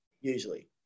usually